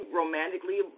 romantically